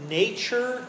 nature